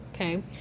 Okay